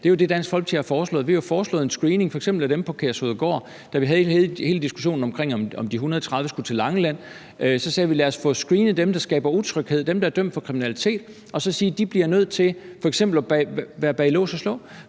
Det er jo det, Dansk Folkeparti har foreslået. Vi har foreslået en screening f.eks. af dem på Kærshovedgård, da vi havde hele diskussionen om, om de 130 skulle til Langeland. Så sagde vi, at lad os få screenet dem, der skaber utryghed, dem, der er dømt for kriminalitet, og så sige, at de f.eks. bliver nødt til at være bag lås og slå.